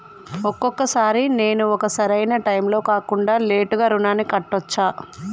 ఒక్కొక సారి నేను ఒక సరైనా టైంలో కాకుండా లేటుగా రుణాన్ని కట్టచ్చా?